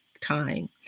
time